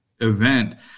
event